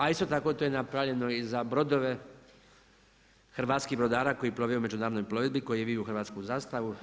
A isto tako to je napravljeno i za brodove hrvatskih brodara koji plove u međunarodnoj plovidbi, koji viju hrvatsku zastavu.